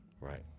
Right